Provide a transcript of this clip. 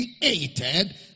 created